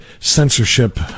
censorship